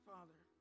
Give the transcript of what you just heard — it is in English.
Father